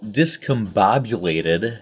discombobulated